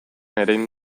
erein